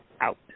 out